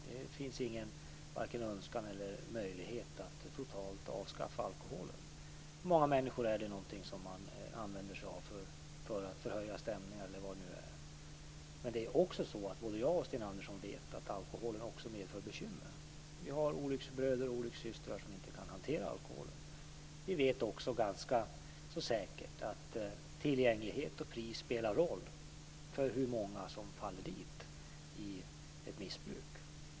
Det finns varken någon önskan eller möjlighet att totalt avskaffa alkoholen. För många människor är det något som man använder sig av för att förhöja stämningen eller vad det nu är. Men både Sten Andersson och jag vet att alkoholen även medför bekymmer. Vi har olycksbröder och olyckssystrar som inte kan hantera alkoholen. Vi vet också ganska säkert att tillgänglighet och pris spelar roll för hur många som faller dit i ett missbruk.